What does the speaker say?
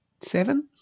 seven